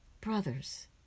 Brothers